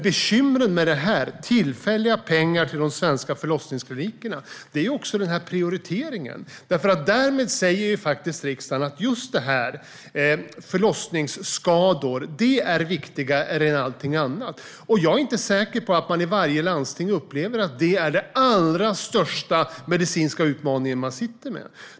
Bekymret med tillfälliga pengar till de svenska förlossningsklinikerna är prioriteringen. Därmed säger riksdagen att just förlossningsskador är viktigare än allting annat. Jag är inte säker på att man i varje landsting upplever att det är den allra största medicinska utmaning man sitter med.